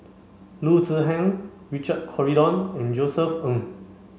Loo Zihan Richard Corridon and Josef Ng